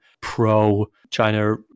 pro-China